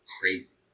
crazy